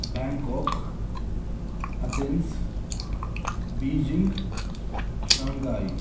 Bangkok Athens Beijing Shanghai